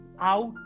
out